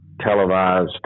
televised